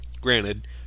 Granted